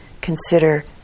consider